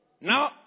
Now